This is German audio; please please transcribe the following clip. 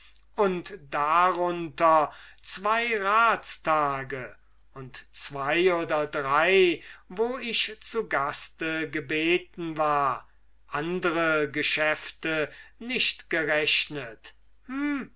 und darunter zwei rats und zwei oder drei wo ich zu gaste gebeten war andre geschäfte nicht gerechnet